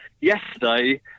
Yesterday